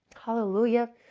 Hallelujah